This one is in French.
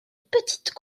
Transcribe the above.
petites